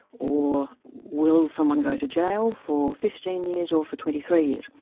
or will someone go to jail for fifteen years or for twenty three years.